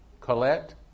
Colette